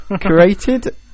created